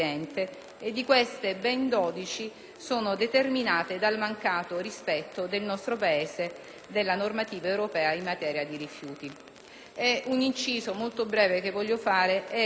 Di queste, ben 12 sono determinate dal mancato rispetto del nostro Paese della normativa europea in materia di rifiuti. Un inciso, essendo io senatrice